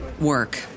work